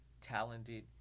talented